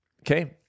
okay